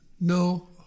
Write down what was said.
No